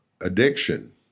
addiction